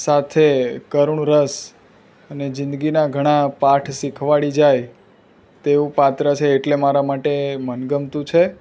સાથે કરૂણ રસ અને જિંદગીના ઘણા પાઠ શીખવાડી જાય તેવું પાત્ર છે એટલે મારા માટે મનગમતું છે